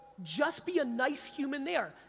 just be a nice human there.